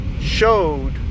showed